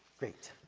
great.